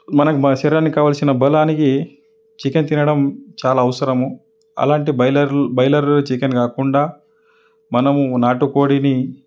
మనకి మన శరీరానికి కావాల్సిన బలానికి చికెన్ తినడం చాలా అవసరము అలాంటి బాయిలర్ బాయిలరు చికెన్ కాకుండా మనము నాటుకోడిని